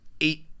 eight